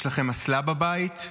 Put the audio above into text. יש לכם אסלה בבית.